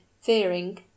fearing